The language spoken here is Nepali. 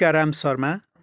टिकाराम शर्मा